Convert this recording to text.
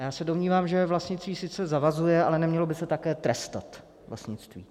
A já se domnívám, že vlastnictví sice zavazuje, ale nemělo by se také trestat vlastnictví.